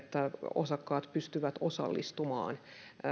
osakkaat pystyvät osallistumaan